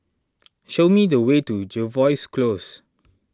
show me the way to Jervois Close